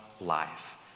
life